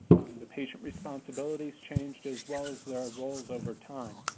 the patient responsibilities changed as well as their ah roles over time.